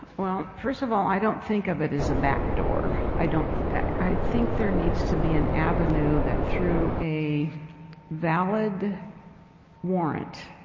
well, first of all, i don't think of it as a back door. i don't, i think there needs to be an avenue that through a valid warrant,